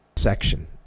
section